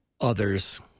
others